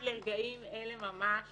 ועד לרגעים אלה ממש